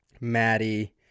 Maddie